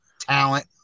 talent